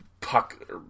Puck